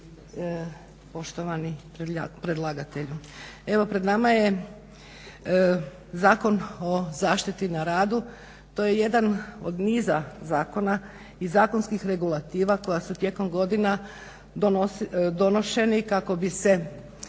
Poštovani predlagatelju. Evo pred nama je Zakon o zaštiti na radu, to je jedan od niza zakona i zakonskih regulativa koja su tijekom godina donošeni kako bi se